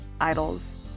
idols